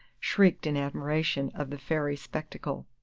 shrieked in admiration of the fairy spectacle.